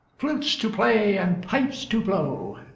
flutes to play, and pipes to blow,